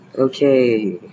Okay